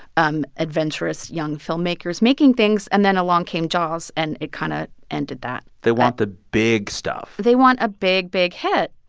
um adventurous young filmmakers making things. and then along came jaws, and it kind of ended that they want the big stuff they want a big, big hit,